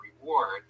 rewards